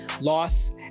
Loss